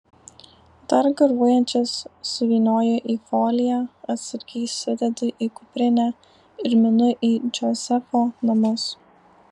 dar garuojančias suvynioju į foliją atsargiai sudedu į kuprinę ir minu į džozefo namus